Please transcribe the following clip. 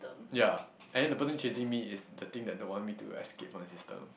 ya and then the person chasing me is the thing that don't want me to escape from the system